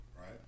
right